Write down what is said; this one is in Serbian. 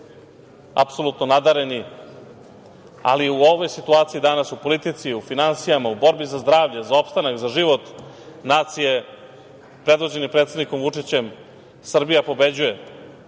apsolutno nadareni. Ali, u ovoj situaciji danas, u politici, u finansijama, u borbi za zdravlje, za opstanak, za život nacije, predvođeni predsednikom Vučićem, Srbija pobeđuje.